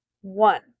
one